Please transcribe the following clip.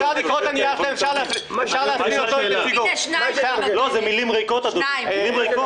אלה מילים ריקות אדוני.